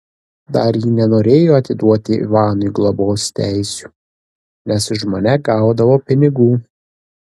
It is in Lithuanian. dar ji nenorėjo atiduoti ivanui globos teisių nes už mane gaudavo pinigų